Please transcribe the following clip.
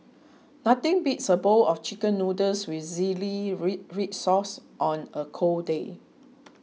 nothing beats a bowl of Chicken Noodles with Zingy Red Sauce on a cold day